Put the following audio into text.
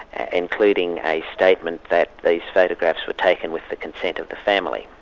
including a statement that these photographs were taken with the consent of the family.